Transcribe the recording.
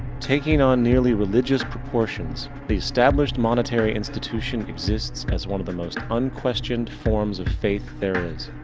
taking on nearly religious proportions, the established monetary institution exists as one of the most unquestioned forms of faith there is.